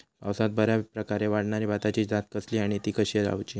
पावसात बऱ्याप्रकारे वाढणारी भाताची जात कसली आणि ती कशी लाऊची?